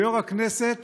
ויו"ר הכנסת